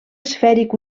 esfèric